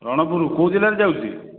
ରଣପୁରୁ କେଉଁ ଜିଲ୍ଲାରେ ଯାଉଛି